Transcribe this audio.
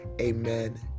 amen